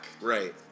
Right